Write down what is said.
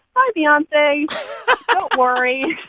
hi, beyonce don't worry.